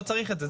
לא צריך את זה.